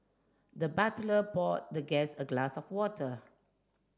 the butler poured the guest a glass of water